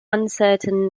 uncertain